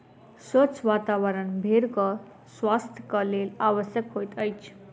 स्वच्छ वातावरण भेड़क स्वास्थ्यक लेल आवश्यक होइत अछि